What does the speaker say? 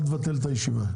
אל תבטל את הישיבה".